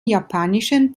japanischen